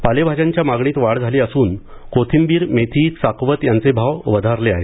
पालेभाज्यांच्या मागणीत वाढ झाली असून कोथिंबीर मेथी चाकवत यांचे भाव वधारले आहेत